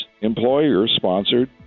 employer-sponsored